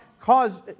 cause